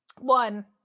one